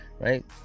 right